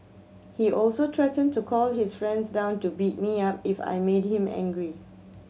he also threatened to call his friends down to beat me up if I made him angry